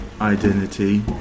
identity